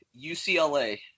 UCLA